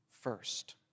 first